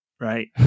right